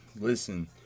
Listen